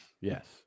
Yes